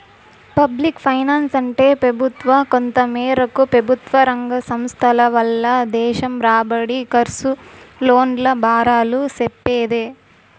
public ఫైనాన్సంటే పెబుత్వ, కొంతమేరకు పెబుత్వరంగ సంస్థల వల్ల దేశం రాబడి, కర్సు, లోన్ల బారాలు సెప్పేదే